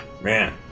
Man